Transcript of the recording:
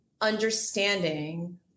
understanding